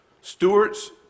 Stewards